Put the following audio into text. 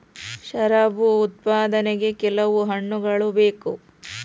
ಶರಾಬು ಉತ್ಪಾದನೆಗೆ ಕೆಲವು ಹಣ್ಣುಗಳ ಬೇಕು